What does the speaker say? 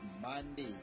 Monday